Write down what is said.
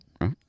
right